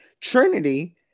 Trinity